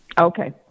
Okay